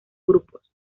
grupos